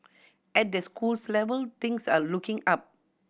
at the schools level things are looking up